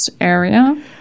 area